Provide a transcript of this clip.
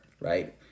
right